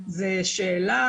זו שאלה,